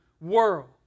world